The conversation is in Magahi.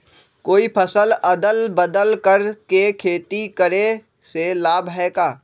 कोई फसल अदल बदल कर के खेती करे से लाभ है का?